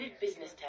business